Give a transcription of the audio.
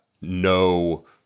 no